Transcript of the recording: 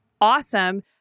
awesome